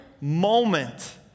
moment